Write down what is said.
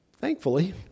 Thankfully